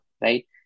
Right